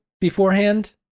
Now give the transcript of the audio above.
beforehand